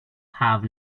have